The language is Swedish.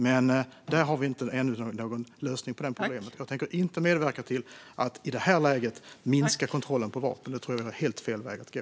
Men där har vi ännu inte någon lösning på problemet. Jag tänker inte medverka till att i det här läget minska kontrollen av vapen. Det tror jag är helt fel väg att gå.